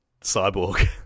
cyborg